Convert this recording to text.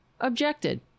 objected